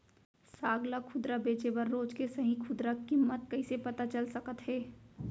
साग ला खुदरा बेचे बर रोज के सही खुदरा किम्मत कइसे पता चल सकत हे?